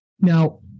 Now